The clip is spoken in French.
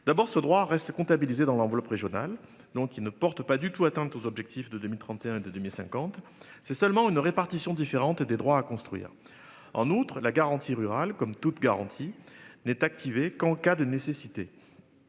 d'abord ce droit reste comptabilisés dans l'enveloppe régionale. Donc il ne portent pas du tout atteinte aux objectifs de 2031 2050. C'est seulement une répartition différente des droits à construire en outre la garantie rural comme toute garantie n'est activé qu'en cas de nécessité.